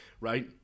right